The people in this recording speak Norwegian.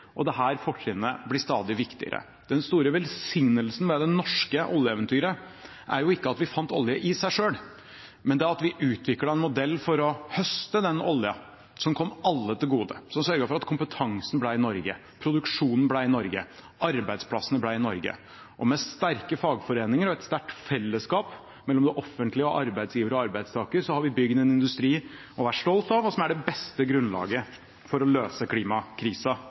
og dette fortrinnet blir stadig viktigere. Den store velsignelsen med det norske oljeeventyret er ikke at vi fant olje i seg selv, men at vi utviklet en modell for å høste den oljen som kom alle til gode, som sørget for at kompetansen ble i Norge, produksjonen ble i Norge, arbeidsplassene ble i Norge. Med sterke fagforeninger og et sterkt fellesskap mellom det offentlige og arbeidsgiver og arbeidstaker har vi bygd en industri til å være stolt av, og som er det beste grunnlaget for å løse